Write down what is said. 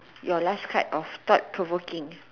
your last card of thought provoking